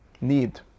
need